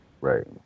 Right